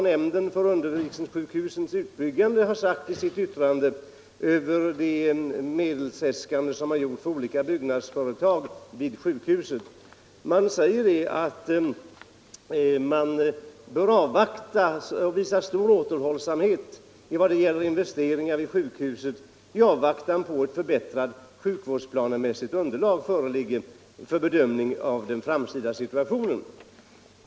Nämnden för undervisningssjukhusens utbyggande har i sitt yttrande över medelsäskanden för olika byggnadsföretag vid sjukhusen sagt att man bör visa stor återhållsamhet i fråga om investeringar i sjukhusen i avvaktan på att ett förbättrat sjukvårdsplanemässigt underlag föreligger för bedömning av den framtida situationen.